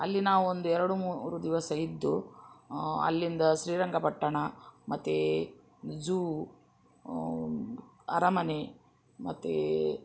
ಅಲ್ಲಿ ನಾವೊಂದು ಎರಡು ಮೂರು ದಿವಸ ಇದ್ದು ಅಲ್ಲಿಂದ ಶ್ರೀರಂಗಪಟ್ಟಣ ಮತ್ತು ಜೂ ಅರಮನೆ ಮತ್ತು